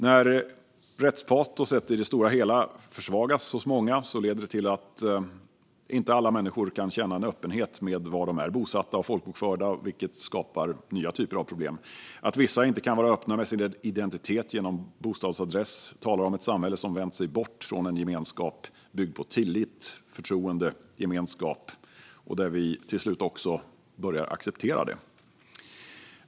När rättspatoset i det stora hela försvagas hos många leder det till att inte alla människor kan känna en öppenhet med var de är bosatta och folkbokförda, vilket skapar nya typer av problem. Att vissa inte kan vara öppna med sin identitet genom bostadsadress talar om ett samhälle som vänt sig bort från en gemenskap byggd på tillit, förtroende och gemenskap och där vi till slut också börjar acceptera detta.